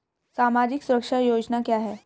सामाजिक सुरक्षा योजना क्या है?